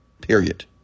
period